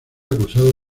acusado